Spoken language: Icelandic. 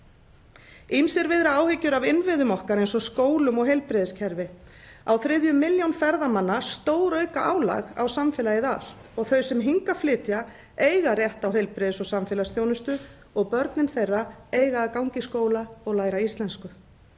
Ýmsir viðra áhyggjur af innviðum okkar eins og skólum og heilbrigðiskerfi. Á þriðju milljón ferðamanna stórauka álag á samfélagið allt og þau sem hingað flytja eiga rétt á heilbrigðis- og samfélagsþjónustu og börnin þeirra eiga að ganga í skóla og læra íslensku.